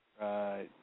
Right